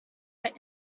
your